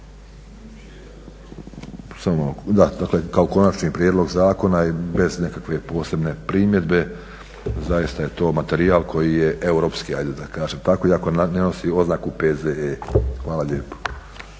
prihvaćen kao konačni prijedlog zakona i bez nekakve posebne primjedbe. Zaista je to materijal koji je europski ajde da kažem tako iako ne nosi oznaku P.Z.E. Hvala lijepo.